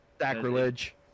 Sacrilege